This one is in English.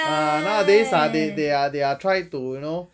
ah nowadays ah they they are they are try to you know